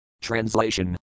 Translation